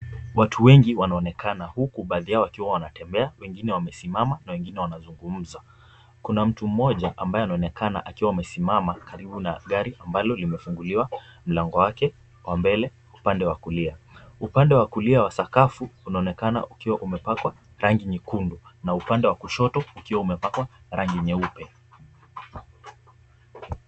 Watu wengi wanaonekana huku baadhi yao wakiwa wanatembea, wengine wamesimama na wengine wanazungumza. Kuna mtu mmoja ambaye anaonekana akiwa amesimama karibu na gari ambalo limefunguliwa mlango wake wa mbele upande wa kulia. Upande wa kulia wa sakafu unaonekana ukiwa umepakwa rangi nyekundu na upande wa kushoto ukiwa umepakwa rangi nyeupe.